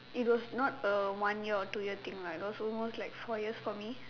it was not a one year or two year thing lah it was almost like four years for me